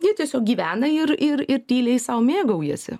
jie tiesiog gyvena ir ir ir tyliai sau mėgaujasi